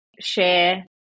share